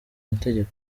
mategeko